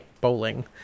bowling